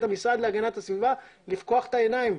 המשרד להגנת הסביבה לפקוח את העיניים.